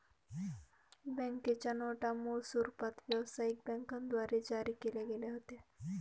बँकेच्या नोटा मूळ स्वरूपात व्यवसायिक बँकांद्वारे जारी केल्या गेल्या होत्या